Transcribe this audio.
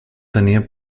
tenia